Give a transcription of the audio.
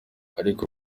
ariko